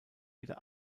wieder